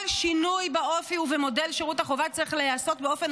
כל שינוי באופי ובמודל של שירות החובה צריך להיעשות באופן